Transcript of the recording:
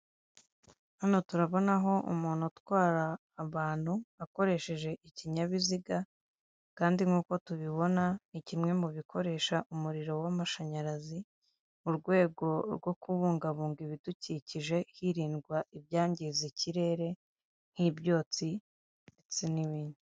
Hano turabonaho umuntu utwara abantu akoresheje ikinyabiziga, kandi nk'uko tubibona ni kimwe mu bikoresha umuriro w'amashanyarazi, mu rwego rwo kubungabunga ibidukikije hirindwa ibyangiza ikirere nk'ibyotsi, ndetse n'ibindi.